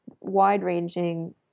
wide-ranging